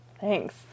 Thanks